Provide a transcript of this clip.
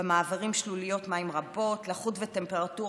במעברים שלוליות מים רבות הלחות והטמפרטורה